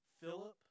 philip